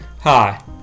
Hi